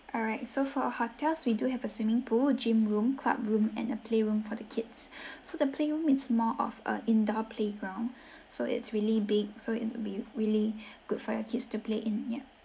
alright so for our hotels we do have a swimming pool gym room club room and a playroom for the kids so the playroom it's more of a indoor playground so it's really big so it'll be really good for your kids to play in yeah